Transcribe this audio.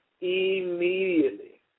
immediately